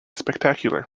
spectacular